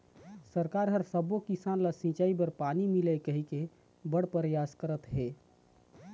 सरकार ह सब्बो किसान ल सिंचई बर पानी मिलय कहिके बड़ परयास करत हे